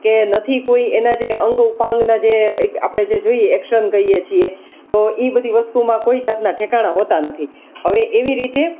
કે નથી કોઈ એના જે અંગ ઉપાંગના જે આપણે જે જોઈએ કે એક્શન કહીએ છે તો એ બધી વસ્તુમાં કોઈ જાતના ઠેકાણાં હોતા નથી હવે એવી રીતે